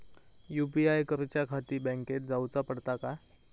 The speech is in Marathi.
यू.पी.आय करूच्याखाती बँकेत जाऊचा पडता काय?